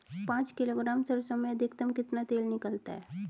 पाँच किलोग्राम सरसों में अधिकतम कितना तेल निकलता है?